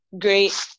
great